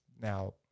Now